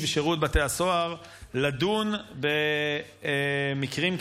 שירות בתי הסוהר לדון במקרים כאלו,